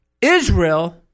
Israel